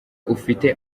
ufite